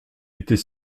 était